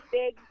big